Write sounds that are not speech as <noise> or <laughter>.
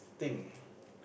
thing <breath>